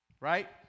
right